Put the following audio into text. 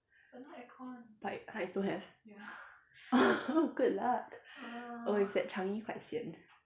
but it~ !huh! it's don't have good luck oh it's at changi quite sian